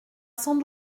sans